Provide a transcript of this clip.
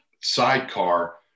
sidecar